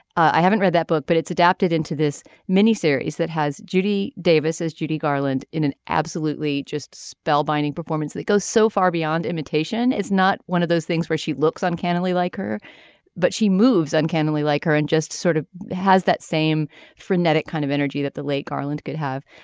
i haven't read that book but it's adapted into this mini series that has judy davis as judy garland in an absolutely just spellbinding performance that goes so far beyond imitation is not one of those things where she looks uncannily like her but she moves uncannily like her and just sort of has that same frenetic kind of energy that the late garland could have.